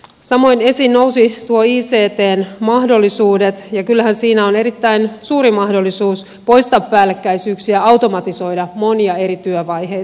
samoin esiin nousivat nuo ictn mahdollisuudet ja kyllähän siinä on erittäin suuri mahdollisuus poistaa päällekkäisyyksiä automatisoida monia eri työvaiheita